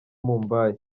mumbai